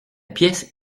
pièce